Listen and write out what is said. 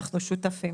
אנחנו שותפים.